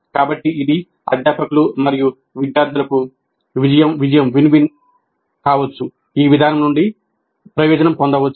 కాబట్టి ఇది అధ్యాపకులు మరియు విద్యార్థులకు విజయ విజయం కావచ్చు ఈ విధానం నుండి ప్రయోజనం పొందవచ్చు